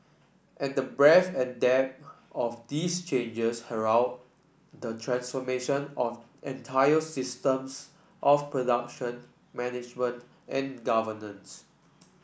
and the breadth and depth of these changes herald the transformation of entire systems of production management and governance